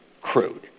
crude